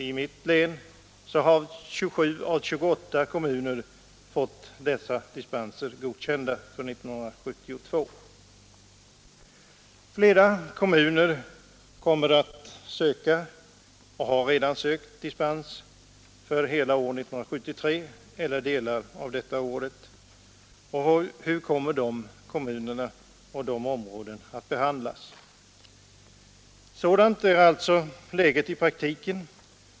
I mitt län, Skaraborgs, har 27 av 28 kommuner fått generella dispenser godkända för 1972. Flera kommuner kommer att söka eller har redan sökt dispens för hela år 1973 eller delar därav. Hur kommer de kommunerna att behandlas? Sådant är alltså läget i praktiken.